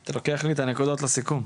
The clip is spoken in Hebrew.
אתה לוקח לי את הנקודות לסיכום.